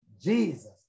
Jesus